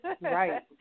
Right